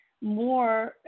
more